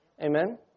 Amen